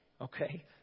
Okay